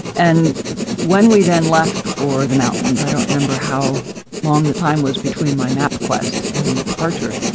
and when we then left for the mountains, i don't remember how long the time was between my mapquest and the departure,